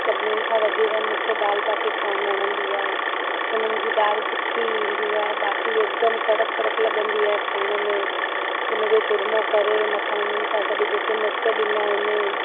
सभिनीनि खां वधीक मूंखे दाल बाटी खाइणु वणंदी आहे उन्हनि जी दाल तिखी ईंदी आहे बाटी हिकदमि कड़क कड़क लॻंदी आहे खाइण में उनजो चूरमो करे मथां उन्हनि सां गॾु जेके मिर्च ॾींदा आहिनि